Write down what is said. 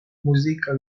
muzika